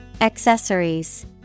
Accessories